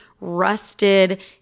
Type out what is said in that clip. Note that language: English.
rusted